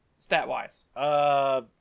Stat-wise